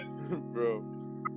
Bro